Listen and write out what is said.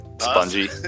spongy